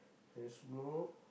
and smoke